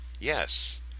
Yes